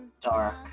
dark